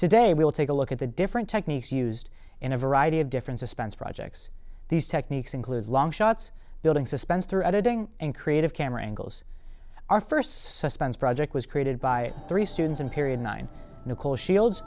today we'll take a look at the different techniques used in a variety of different suspense projects these techniques include long shots building suspense through editing and creative camera angles our first suspense project was created by three students in period nine nicole shields